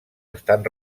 estan